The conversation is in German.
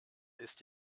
ist